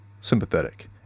sympathetic